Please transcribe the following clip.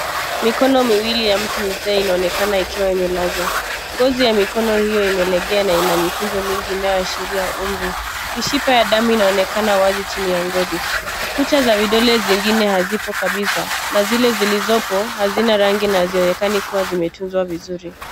Mikono miwili ya mtu mzee inaonekana ikiwa imelazwa. Ngozi ya mikono hio imelegea na ina mikunjo mingi inayoashiria umri. Mishipa ya damu inaonekana wazi chini ya ngozi. Kucha za vidole zingine hazipo kabisa na zile zilizopo hazina rangi na hazionekani kuwa zimetunzwa vizuri.